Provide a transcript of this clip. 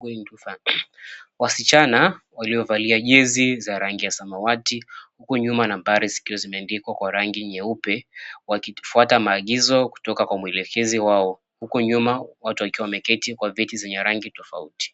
Wasichana waliovalia jezi za rangi ya samawati huko nyuma nambari zikiwa zimeandikwa kwa rangi nyeupe wakifuata maagizo kutoka kwa mwelekezi wao huko nyuma watu wakiwa wameketi kwa viti zenye rangi tofauti.